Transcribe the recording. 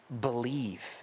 believe